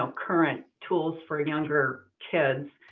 um current tools for younger kids.